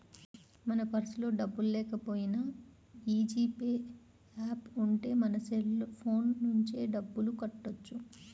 మన పర్సులో డబ్బుల్లేకపోయినా యీ జీ పే యాప్ ఉంటే మన సెల్ ఫోన్ నుంచే డబ్బులు కట్టొచ్చు